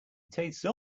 tastes